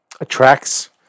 attracts